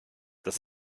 das